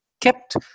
kept